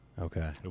Okay